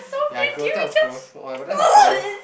ya gross that was gross oh-my-god that was gross